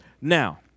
Now